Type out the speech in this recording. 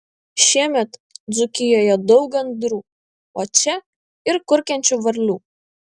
šiemet dzūkijoje daug gandrų o čia ir kurkiančių varlių